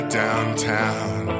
downtown